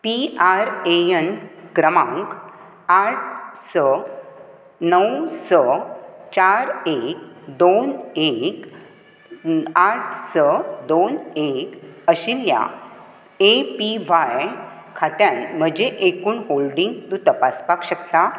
P R A N क्रमांक आठ स णव स चार एक दोन एक आठ स दोन एक आशिल्ल्या ए पी व्हाय खात्यांत म्हजें एकूण होल्डिंग तूं तपासपाक शकता